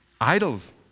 idols